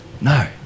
no